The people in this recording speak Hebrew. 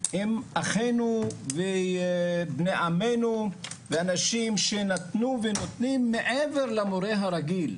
הם אחינו ובני עמנו ואנשים שנתנו ונותנים מעבר למורה הרגיל.